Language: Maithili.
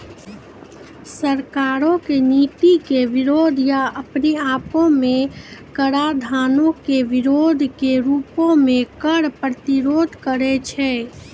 सरकारो के नीति के विरोध या अपने आपो मे कराधानो के विरोधो के रूपो मे कर प्रतिरोध करै छै